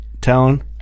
tone